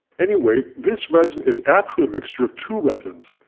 anyway, this resin is actually a mixture of two resins,